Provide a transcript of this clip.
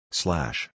slash